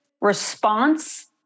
response